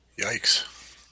Yikes